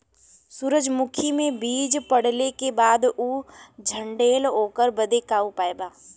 सुरजमुखी मे बीज पड़ले के बाद ऊ झंडेन ओकरा बदे का उपाय बा?